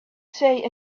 say